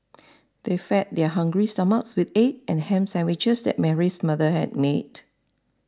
they fed their hungry stomachs with egg and ham sandwiches that Mary's mother had made